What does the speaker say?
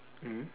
mm